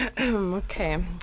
Okay